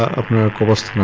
of the